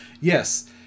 Yes